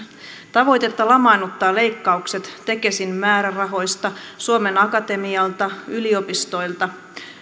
tavoitetta lamaannuttavat leikkaukset tekesin määrärahoista suomen akatemialta yliopistoilta